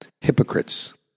Hypocrites